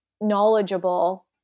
knowledgeable